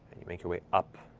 you make way up.